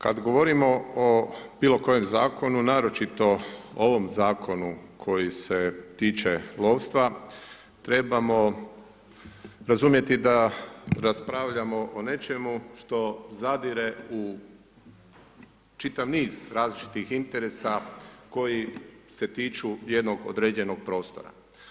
Kad govorimo o bilokojem zakonu, naročito ovom zakonu koji se tiče lovstva, trebamo razumjeti da raspravljati o nečemu što zadire u čitav niz različitih interesa koji se tiču jednog određenog prostora.